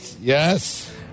Yes